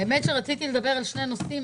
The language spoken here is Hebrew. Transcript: האמת שרציתי לדבר על שני נושאים,